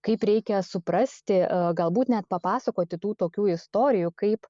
kaip reikia suprasti galbūt net papasakoti tų tokių istorijų kaip